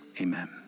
amen